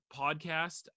podcast